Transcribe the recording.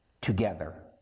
together